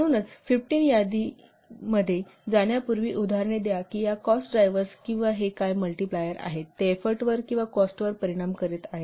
म्हणूनच 15 यादीमध्ये जाण्यापूर्वी उदाहरणे द्या की या कॉस्ट ड्रायव्हर्स किंवा हे काय मल्टिप्लायर आहेत ते एफोर्टवर किंवा कॉस्टवर परिणाम करीत आहेत